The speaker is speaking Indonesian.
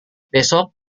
besok